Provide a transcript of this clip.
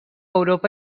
europa